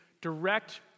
direct